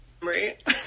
Right